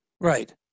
right